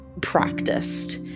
practiced